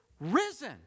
risen